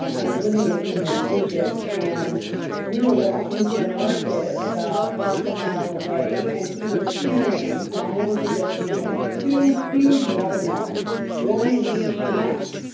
um i was living with him in egypt and we were walking to the market about half a mile away, and he was carrying, and i'll never forget this image two huge watermelons. one in each hand,